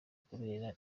kubera